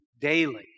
daily